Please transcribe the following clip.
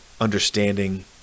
understanding